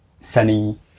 sunny